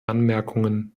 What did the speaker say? anmerkungen